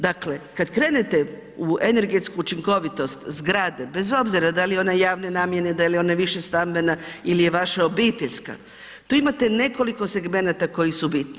Dakle kada krenete u energetsku učinkovitost zgrade, bez obzira da li je ona javne namjene, da li je ona više stambena ili je vaša obiteljska tu imate nekoliko segmenata koji su bitni.